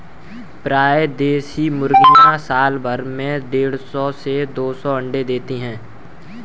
प्रायः देशी मुर्गियाँ साल भर में देढ़ सौ से दो सौ अण्डे देती है